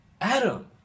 Adam